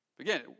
Again